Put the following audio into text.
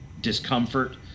discomfort